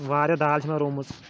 واریاہ دال چھِ مےٚ روٗمٕژ